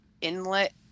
inlet